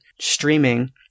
streaming